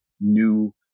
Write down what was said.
new